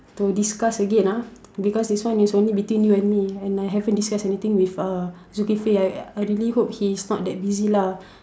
to discuss again ah because this one is only between you and me and I haven't discuss anything with uh Zukifli I I really hope he's not that busy lah